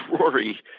Rory